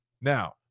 Now